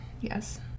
Yes